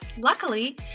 Luckily